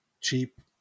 cheap